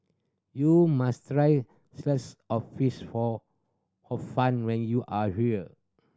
you must sliced or fish for a fun when you are here